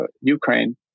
Ukraine